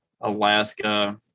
Alaska